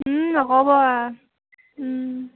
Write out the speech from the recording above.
নক'ব আৰু